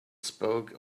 spoke